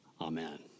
amen